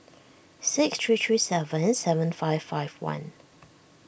six three three seven seven five five one